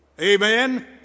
Amen